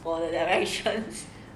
for the directions